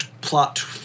plot